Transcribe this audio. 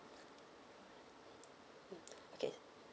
mm okay